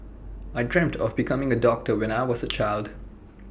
I dreamt of becoming A doctor when I was A child